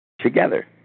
together